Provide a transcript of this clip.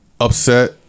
Upset